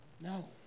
No